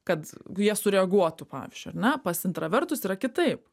kad jie sureaguotų pavyzdžiui ar ne pas intravertus yra kitaip